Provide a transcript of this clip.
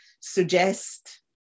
suggest